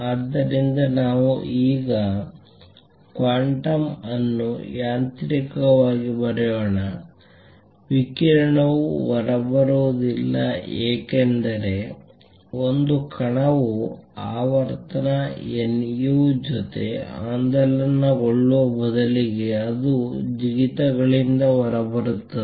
ಆದ್ದರಿಂದ ನಾವು ಈಗ ಕ್ವಾಂಟಮ್ ಅನ್ನು ಯಾಂತ್ರಿಕವಾಗಿ ಬರೆಯೋಣ ವಿಕಿರಣವು ಹೊರಬರುವುದಿಲ್ಲ ಏಕೆಂದರೆ ಒಂದು ಕಣವು ಆವರ್ತನ nu ಜೊತೆ ಆಂದೋಲನಗೊಳ್ಳುವ ಬದಲಿಗೆ ಅದು ಜಿಗಿತಗಳಿಂದ ಹೊರಬರುತ್ತದೆ